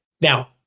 Now